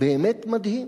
מדהים